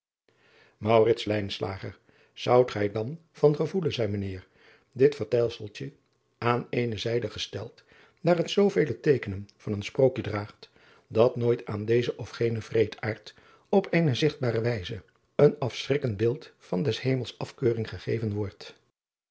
oudt gij dan van gevoelen zijn mijn eer dit vertelseltje aan eene zijde gesteld daar het zoovele teekenen van een sprookje draagt dat nooit aan dezen of genen wreedaard op eene zigtbare wijze een afschrikkend blik van des emels afkeuring gegeven wordt